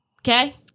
Okay